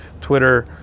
Twitter